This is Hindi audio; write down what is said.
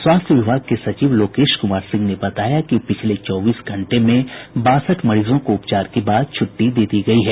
स्वास्थ्य विभाग के सचिव लोकेश कुमार सिंह ने बताया कि पिछले चौबीस घंटे में बासठ मरीजों को उपचार के बाद छुट्टी दे दी गयी है